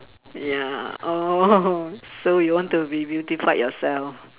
ya oh so you want to be beautify yourself